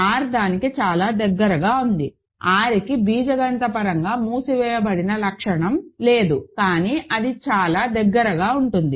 R దానికి చాలా దగ్గరగా ఉంది R కి బీజగణితపరంగా మూసివేయబడిన లక్షణం లేదు కానీ అది చాలా దగ్గరగా ఉంటుంది